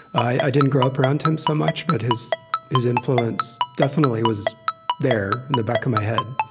i didn't grow up around him so much, but his his influence definitely was there, in the back of my head.